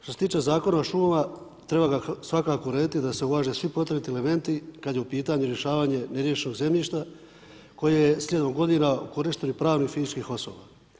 Što se tiče Zakona o šumama, treba ga svakako urediti da se uvaže svi potrebiti elementi kad je u pitanju rješavanje neriješenog zemljišta koje je slijedom godina u korištenju pravnih i fizičkih osoba.